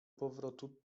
powrotu